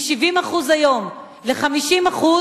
מ-70% היום ל-50%,